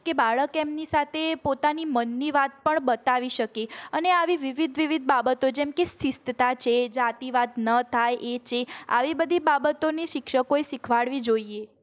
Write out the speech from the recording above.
કે બાળક એમની સાથે પોતાની મનની વાત પણ બતાવી શકે અને આવી વિવિધ વિવિધ બાબતો જેમ કે શિસ્તતા છે જાતિવાદ ન થાય એ છે આવી બધી બાબતોની શિક્ષકોએ શીખવાડવી જોઈએ